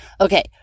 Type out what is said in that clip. Okay